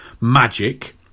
magic